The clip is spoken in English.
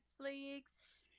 Netflix